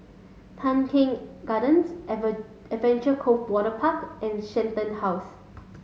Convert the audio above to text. Tan Keng Gardens Adventure Cove Waterpark and Shenton House